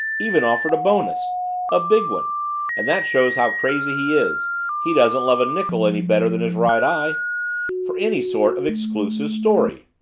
even offered a bonus a big one and that shows how crazy he is he doesn't love a nickel any better than his right eye for any sort of exclusive story.